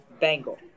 Bangle